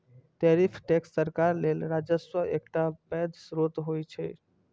tariff tax सरकार लेल राजस्वक एकटा पैघ स्रोत होइ छै